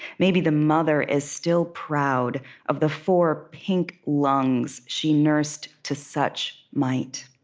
maybe the mother is still proud of the four pink lungs she nursed to such might.